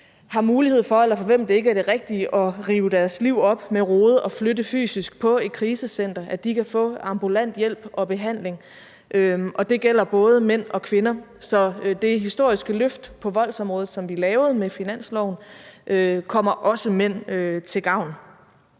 har mulighed for – eller for hvem det ikke er det rigtige – at rive deres liv op med rode og flytte fysisk på et krisecenter, så de kan få ambulant hjælp og behandling. Det gælder både mænd og kvinder, så det historiske løft på voldsområdet, som vi lavede med finansloven, kommer også mænd til gavn.